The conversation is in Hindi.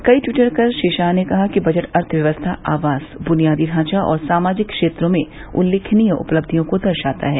कई ट्वीटकर श्री शाह ने कहा कि बजट अर्थव्यवस्था आवास बुनियादी ढांचा और सामाजिक क्षेत्रों में उल्लेखनीय उपलब्धियों को दर्शाता है